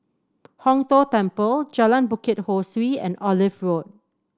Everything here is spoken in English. Hong Tho Temple Jalan Bukit Ho Swee and Olive Road